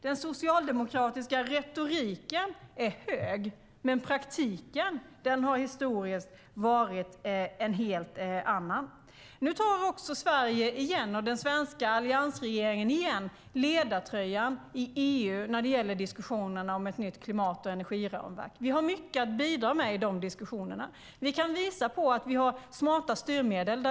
Den socialdemokratiska retoriken är hög, men praktiken har historiskt varit en helt annan. Nu tar också den svenska alliansregeringen igen ledartröjan i EU i diskussionerna om ett nytt klimat och energiramverk. Vi har mycket att bidra med i de diskussionerna. Vi kan visa på att vi har smarta styrmedel.